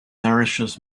nourishes